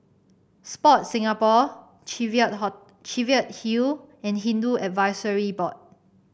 Sport Singapore Cheviot Cheviot Hill and Hindu Advisory Board